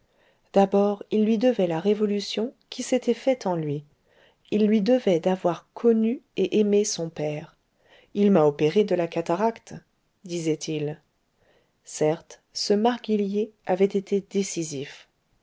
d'abord il lui devait la révolution qui s'était faite en lui il lui devait d'avoir connu et aimé son père il m'a opéré de la cataracte disait-il certes ce marguillier avait été décisif